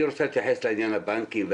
אני רוצה להתייחס לעניין הבנקים.